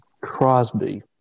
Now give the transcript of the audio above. Crosby